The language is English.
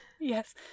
Yes